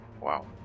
Wow